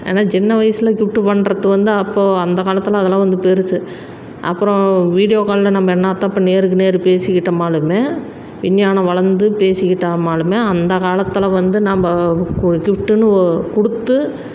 ஆனால் சின்ன வயசில் கிஃப்ட்டு பண்றதுக்கு வந்து அப்போது அந்த காலத்தில் அதெல்லாம் வந்து பெருசு அப்பறம் அப்பறம் காலில் நம்ம என்னாத்தான் இப்போ நேருக்கு நேர் பேசிக்கிட்டமாலுமே விஞ்ஞானம் வளர்ந்து பேசிக்கிட்டாமாலுமே அந்த காலத்தில் வந்து நம்ம கு கிஃப்ட்டுன்னு கொடுத்து